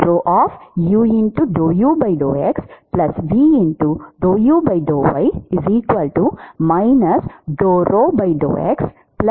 இருக்கும்